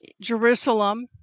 Jerusalem